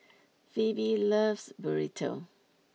Pheobe loves Burrito